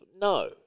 No